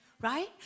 right